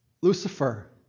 Lucifer